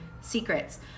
secrets